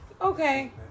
okay